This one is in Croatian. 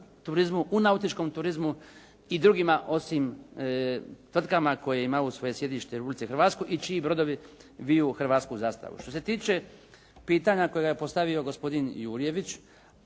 u nautičkom turizmu i drugima osim tvrtkama koje imaju svoje sjedište u Republici Hrvatskoj i čiji brodovi viju hrvatsku zastavu. Što se tiče pitanja kojega je postavio gospodin Jurjević